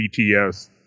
BTS